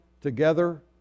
together